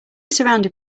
surrounded